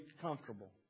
comfortable